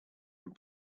and